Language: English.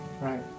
Right